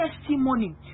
testimony